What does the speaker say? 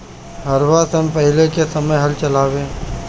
हरवाह सन पहिले के समय हल चलावें